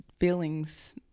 Feelings